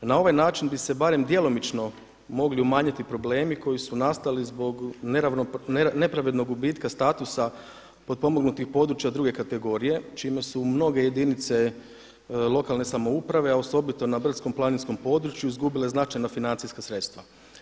Na ovaj način bi se barem djelomično mogli umanjiti problemi koji su nastali zbog nepravednog gubitka statusa potpomognutih područja druge kategorije čime su mnoge jedinice lokalne samouprave a osobito na brdsko-planinskom području izgubile značajna financijska sredstva.